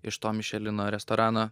iš to mišelino restorano